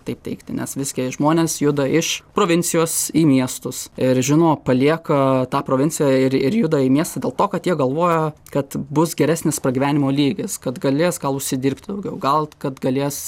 taip teigti nes visgi žmonės juda iš provincijos į miestus ir žino palieka tą provinciją ir ir juda į miestą dėl to kad jie galvoja kad bus geresnis pragyvenimo lygis kad galės užsidirbti daugiau gal kad galės